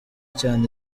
cyane